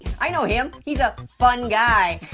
i know him. he's a fun guy.